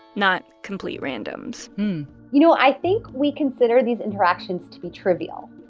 not complete randoms you know, i think we consider these interactions to be trivial.